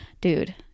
dude